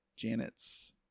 janet's